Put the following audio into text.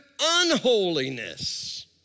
unholiness